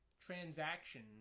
transaction